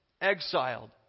exiled